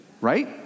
right